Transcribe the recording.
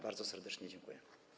Bardzo serdecznie dziękuję.